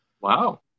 Wow